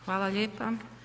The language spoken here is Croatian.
Hvala lijepo.